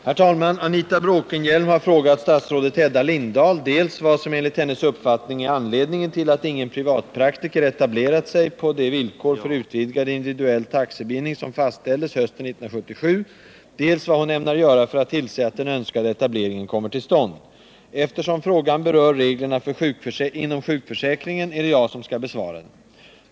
Herr talman! Anita Bråkenhielm har frågat statsrådet Hedda Lindahl dels vad som enligt hennes uppfattning är anledningen till att ingen privatpraktiker etablerar sig på de villkor för utvidgad individuell taxebindning som fastställdes hösten 1977, dels vad hon ämnar göra för att tillse att den önskade etableringen kommer till stånd. Eftersom frågan berör reglerna inom sjukförsäkringen är det jag som skall besvara den.